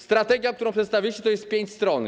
Strategia, którą przedstawiliście, to jest pięć stron.